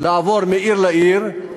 לעבור מעיר לעיר,